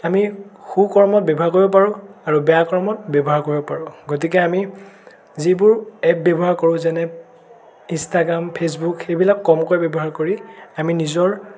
আমি সু কৰ্মত ব্য়ৱহাৰ কৰিব পাৰোঁ আৰু বেয়া কৰ্মত ব্য়ৱহাৰ কৰিব পাৰোঁ গতিকে আমি যিবোৰ এপ ব্য়ৱহাৰ কৰোঁ যেনে ইনষ্টাগ্ৰাম ফেচবুক এইবিলাক কমকৈ ব্য়ৱহাৰ কৰি আমি নিজৰ